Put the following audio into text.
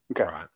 Okay